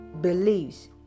believes